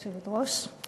גברתי היושבת-ראש,